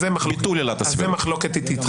זו המחלוקת שלי איתך.